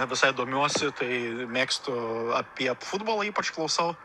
visai domiuosi tai mėgstu apie futbolą ypač klausau